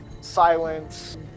silence